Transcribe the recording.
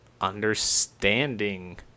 understanding